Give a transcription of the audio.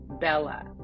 Bella